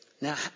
Now